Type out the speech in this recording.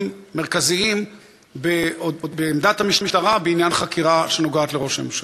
מרכזיים בעמדת המשטרה בעניין חקירה שנוגעת לראש ממשלה,